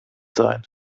sein